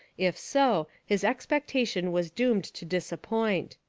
if so, his expectation was doomed to disappointment.